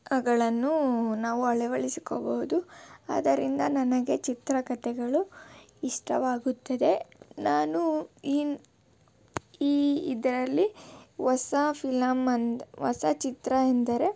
ಅವುಗಳನ್ನು ನಾವು ಅಳವಡಿಸ್ಕೊಬಹುದು ಆದ್ದರಿಂದ ನನಗೆ ಚಿತ್ರಕಥೆಗಳು ಇಷ್ಟವಾಗುತ್ತದೆ ನಾನು ಈ ಈ ಇದರಲ್ಲಿ ಹೊಸ ಫಿಲಮ್ ಅಂದು ಹೊಸ ಚಿತ್ರ ಎಂದರೆ